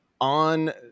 on